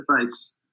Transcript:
face